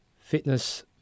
fitness